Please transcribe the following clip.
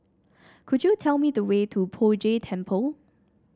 could you tell me the way to Poh Jay Temple